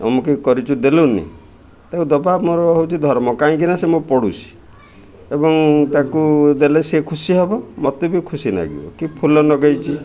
ଅମୁକେଇ କରିଛୁ ଦେଲୁନି ତାକୁ ଦେବା ମୋର ହେଉଛି ଧର୍ମ କାହିଁକିନା ସେ ମୁଁ ପଡ଼ୋଶୀ ଏବଂ ତାକୁ ଦେଲେ ସେ ଖୁସି ହବ ମୋତେ ବି ଖୁସି ଲାଗିବ କି ଫୁଲ ଲଗେଇଛି